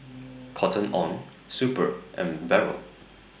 Cotton on Super and Barrel